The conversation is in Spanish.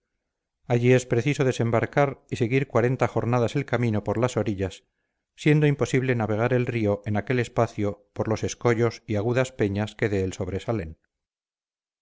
allí es preciso desembarcar y seguir cuarenta jornadas el camino por las orillas siendo imposible navegar el río en aquel espacio por los escollos y agudas peñas que de él sobresalen